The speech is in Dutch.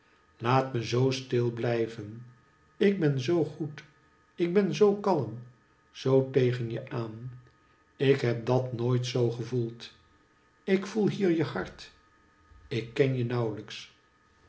laat me zoo stil blijven ik ben zoo goed ik ben zoo kalm zoo tegen je aan ik heb dat nooit zoo gevoeld ik voel hierje hart ik ken je nauwlijks